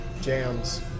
jams